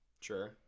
Sure